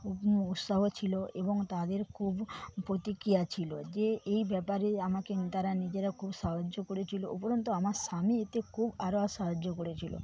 উৎসাহ ছিল এবং তাদের খুব প্রতিক্রিয়া ছিল যে এই ব্যাপারে আমাকে তারা নিজেরা খুব সাহায্য করেছিল উপরন্তু আমার স্বামী এতে খুব আরও সাহায্য করেছিল